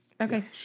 Okay